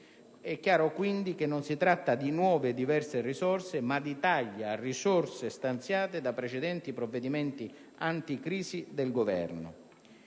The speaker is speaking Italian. È chiaro quindi che non si tratta di nuove e diverse risorse, ma di tagli a risorse stanziate da precedenti provvedimenti anticrisi del Governo.